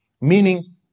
Meaning